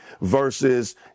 versus